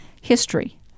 history